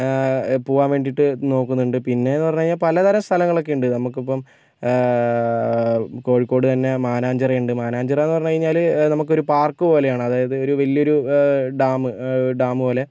പോകാൻ വേണ്ടിയിട്ട് നോക്കുന്നുണ്ട് പിന്നെ എന്ന് പറഞ്ഞ് കഴിഞ്ഞാൽ പലതരം സ്ഥലങ്ങളൊക്കെ ഉണ്ട് നമുക്ക് ഇപ്പം കോഴിക്കോട് തന്നെ മാനാഞ്ചിറ ഉണ്ട് മനാഞ്ചിറ എന്ന് പറഞ്ഞ് കഴിഞ്ഞാല് നമുക്ക് ഒരു പാർക്ക് പോലെ ആണ് അതായത് ഒരു വലിയൊരു ഡാമ് ഡാമ് പോലെ